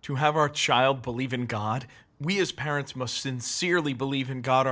to have our child believe in god we as parents must sincerely believe in god